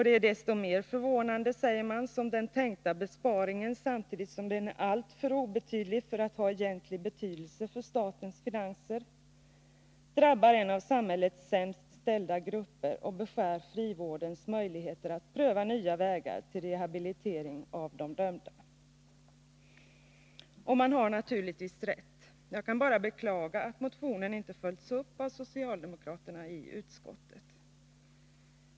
Det är desto mer förvånande, säger man, som den tänkta besparingen, samtidigt som den är alltför obetydlig för att ha egentlig betydelse för statens finanser, drabbar en av samhällets sämst ställda grupper och beskär frivårdens möjligheter att pröva nya vägar till rehabilitering av de dömda. Och man har naturligtvis rätt. Jag kan bara beklaga att motionen inte följs upp av socialdemokraterna i utskottet.